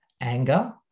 anger